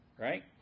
right